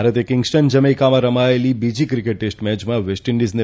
ભારતે કિંગસ્ટન જમૈકામાં રમાયેલી બીજી ક્રિકેટ ટેસ્ટ મેયમાં વેસ્ટ ઇન્ડિઝને